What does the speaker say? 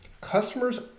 customers